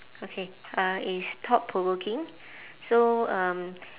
okay uh it's thought-provoking so um